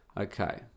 Okay